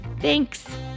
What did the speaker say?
Thanks